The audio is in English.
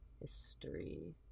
history